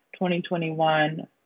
2021